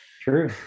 True